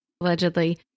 allegedly